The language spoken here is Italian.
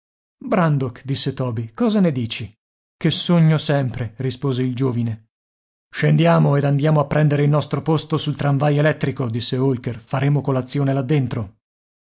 brandok disse toby cosa ne dici che sogno sempre rispose il giovine scendiamo ed andiamo a prendere il nostro posto sul tramvai elettrico disse holker faremo colazione là dentro